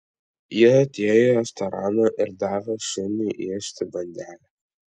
ji atėjo į restoraną ir davė šuniui ėsti bandelę